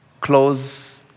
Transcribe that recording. close